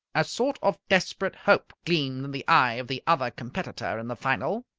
a sort of desperate hope gleamed in the eye of the other competitor in the final.